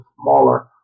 smaller